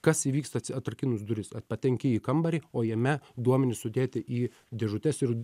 kas įvyksta ats atrakinus duris a patenki į kambarį o jame duomenys sudėti į dėžutes ir